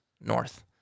north